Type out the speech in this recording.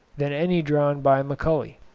than any drawn by macaulay.